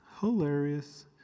hilarious